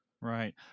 Right